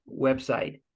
website